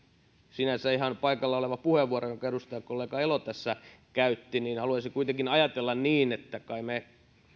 sinänsä ihan paikallaan oleva puheenvuoro jonka edustajakollega elo tässä käytti mutta haluaisin kuitenkin ajatella niin että kai me